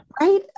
Right